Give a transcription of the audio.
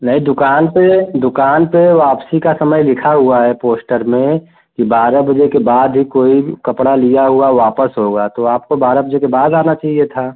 नही दुकान पर दुकान पर वापसी का समय लिखा हुआ है पोस्टर में कि बारह बजे के बाद ही कोई कपड़ा लिया हुआ वापस होगा तो आपको बारह बजे के बाद आना चहिए था